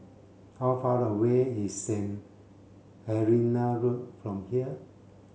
how far away is Saint Helena Road from here